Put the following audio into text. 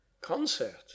Concert